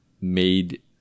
made